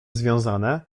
związane